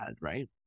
right